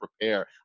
prepare